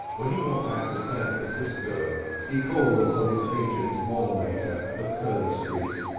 when he got back to san francisco he called upon his agent, wannamaker of kearney street,